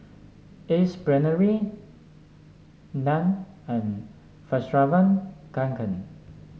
Ace Brainery Nan and Fjallraven Kanken